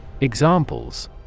Examples